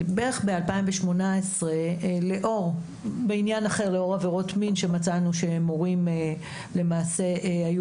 בערך ב-2018 בעניין אחר לאור עבירות מין שמצאנו שמורים למעשה היו